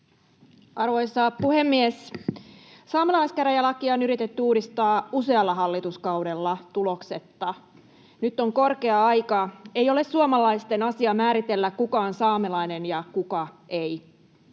Arvoisa puhemies! Saamelaiskäräjälakia on yritetty uudistaa usealla hallituskaudella, tuloksetta. Nyt on korkea aika. Ei ole suomalaisten asia määritellä, kuka on saamelainen ja kuka ei.